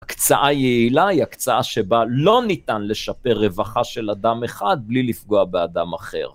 הקצאה יעילה היא הקצאה שבה לא ניתן לשפר רווחה של אדם אחד בלי לפגוע באדם אחר.